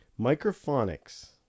Microphonics